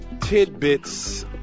tidbits